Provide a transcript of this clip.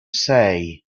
say